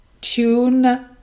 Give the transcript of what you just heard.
tune